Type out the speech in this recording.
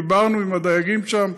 דיברנו עם הדייגים שם.